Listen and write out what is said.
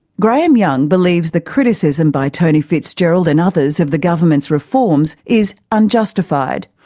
graham young believes the criticism by tony fitzgerald and others of the government's reforms is unjustified.